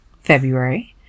February